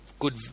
Good